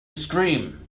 scream